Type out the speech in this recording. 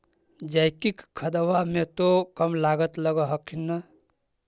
जैकिक खदबा मे तो कम लागत लग हखिन न?